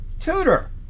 tutor